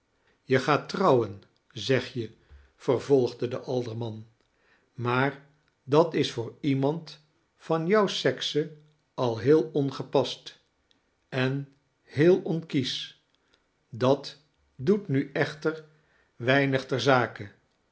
je gaat trouwen zeg je vervolgde de alderman maar dat is voor iemand van jou sekse al heel ongepast en heel onkiesch dat doet nu echter weinig ter zake